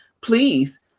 please